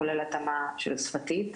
כולל התאמה שפתית.